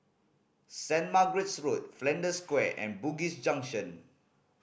Saint Margaret's Road Flanders Square and Bugis Junction